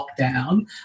lockdown